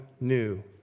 new